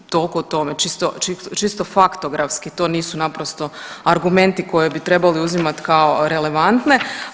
Toliko o tome, čisto faktografski to nisu naprosto argumenti koje bi trebali uzimati kao relevantne.